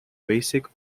basic